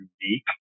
unique